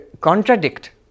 contradict